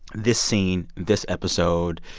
this scene, this episode,